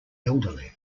elderly